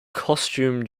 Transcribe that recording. costume